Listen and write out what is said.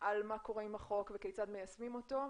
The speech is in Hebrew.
על מה קורה עם החוק וכיצד מיישמים אותו.